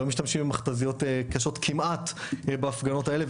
לא משתמשים במכת"זיות קשות כמעט בהפגנות האלה,